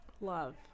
Love